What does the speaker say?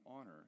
honor